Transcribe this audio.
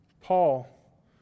Paul